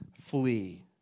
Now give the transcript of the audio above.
flee